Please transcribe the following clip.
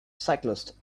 cyclists